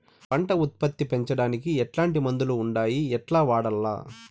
పంట ఉత్పత్తి పెంచడానికి ఎట్లాంటి మందులు ఉండాయి ఎట్లా వాడల్ల?